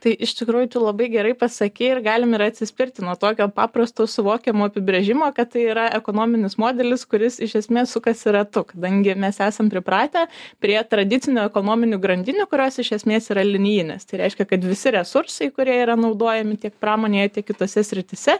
tai iš tikrųjų labai gerai pasakei ir galime ir atsispirti nuo tokio paprasto suvokiamo apibrėžimo kad tai yra ekonominis modelis kuris iš esmės sukasi ratu kadangi mes esam pripratę prie tradicinių ekonominių grandinių kurios iš esmės yra linijinės tai reiškia kad visi resursai kurie yra naudojami tiek pramonėje tiek kitose srityse